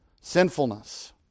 sinfulness